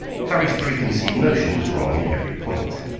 harry's preconceived notion was wrong in every point.